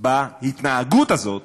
בהתנהגות הזאת